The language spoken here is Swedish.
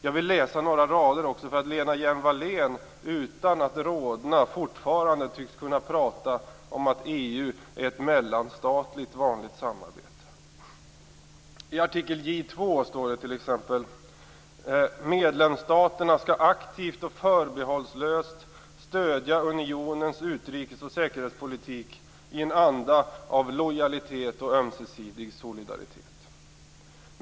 Jag vill läsa några rader också därför att Lena Hjelm-Wallén utan att rodna fortfarande tycks kunna prata om att EU är ett mellanstatligt vanligt samarbete. I artikel J 2 står det t.ex.: Medlemsstaterna skall aktivt och förbehållslöst stödja unionens utrikes och säkerhetspolitik i en anda av lojalitet och ömsesidig solidaritet.